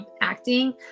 acting